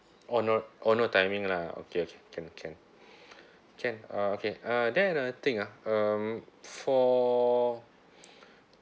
oh no oh no timing lah okay okay can can can uh okay uh then another thing ah um for